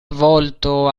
volto